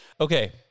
Okay